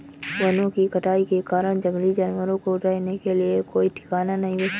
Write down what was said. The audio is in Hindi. वनों की कटाई के कारण जंगली जानवरों को रहने के लिए कोई ठिकाना नहीं बचा है